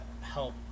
help